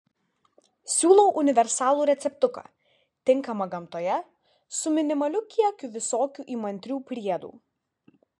siūlau universalų receptuką tinkamą gamtoje su minimaliu kiekiu visokių įmantrių priedų